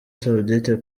saudite